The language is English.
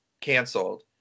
canceled